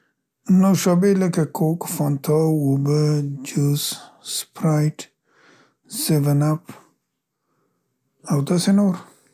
نوشابې لکه کوک، فانتا، اوبه، جوس، سپرایت، سیون اپ او داسې نور.